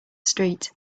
street